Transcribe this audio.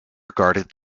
regarded